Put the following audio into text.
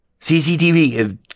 CCTV